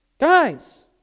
Guys